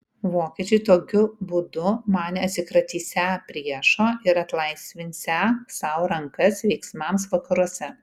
vokiečiai tokiu būdu manė atsikratysią priešo ir atlaisvinsią sau rankas veiksmams vakaruose